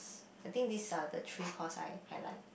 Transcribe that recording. I think these are the three course I I like